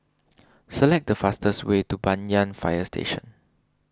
select the fastest way to Banyan Fire Station